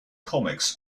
comics